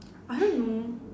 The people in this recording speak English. I don't know